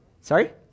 Sorry